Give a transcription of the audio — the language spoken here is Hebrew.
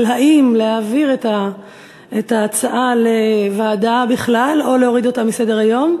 אם להעביר את ההצעה לוועדה בכלל או להוריד אותה מסדר-היום.